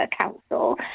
council